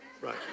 Right